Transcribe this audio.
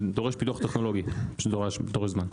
זה דורש פיתוח טכנולוגי שדורש זמן.